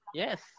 yes